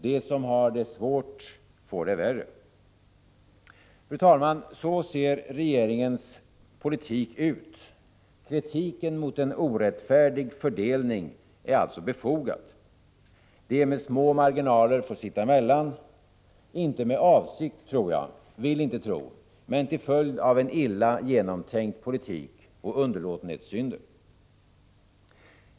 De som har det svårt får det värre. Fru talman! Så ser regeringens politik ut. Kritiken mot en orättfärdig fördelning är alltså befogad. De med små marginaler får sitta emellan — inte med avsikt, det vill jag inte tro, men till följd av en illa genomtänkt politik och underlåtenhetssynder.